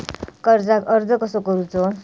कर्जाक अर्ज कसो करूचो?